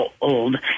old